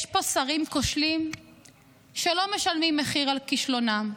יש פה שרים כושלים שלא משלמים מחיר על כישלונם.